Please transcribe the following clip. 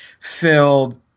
filled